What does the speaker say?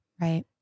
Right